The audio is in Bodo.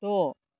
द'